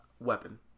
weapon